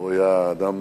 הוא היה אדם